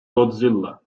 godzilla